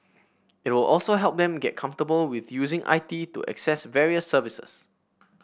it will also help them get comfortable with using I T to access various services